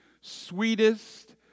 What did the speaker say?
sweetest